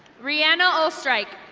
rhianna olstrike.